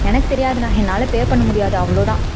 எனக்கு தெரியாதுண்ணா என்னால் பே பண்ண முடியாது அவ்வளோதான்